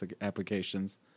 applications